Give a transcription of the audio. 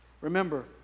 Remember